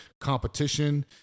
competition